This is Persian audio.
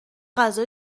غذا